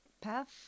path